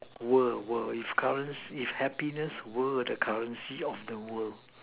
world world if current if happiness were the currency of the world